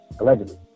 allegedly